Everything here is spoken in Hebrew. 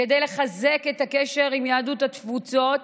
כדי לחזק את הקשר עם יהדות התפוצות,